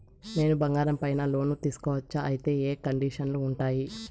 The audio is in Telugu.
నేను బంగారం పైన లోను తీసుకోవచ్చా? అయితే ఏ కండిషన్లు ఉంటాయి?